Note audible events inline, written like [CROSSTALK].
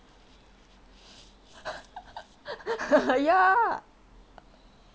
[LAUGHS] ya